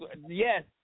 yes